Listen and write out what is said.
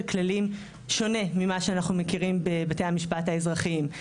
כללים שונה ממה שאנחנו מכירים בבתי המשפט האזרחיים,